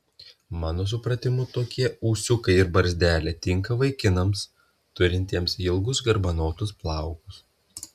mano supratimu tokie ūsiukai ir barzdelė tinka vaikinams turintiems ilgus garbanotus plaukus